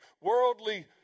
worldly